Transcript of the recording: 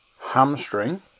hamstring